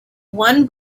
one